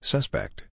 Suspect